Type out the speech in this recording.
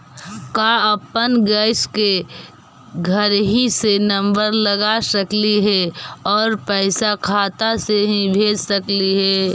का अपन गैस के घरही से नम्बर लगा सकली हे और पैसा खाता से ही भेज सकली हे?